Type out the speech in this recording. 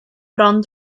bron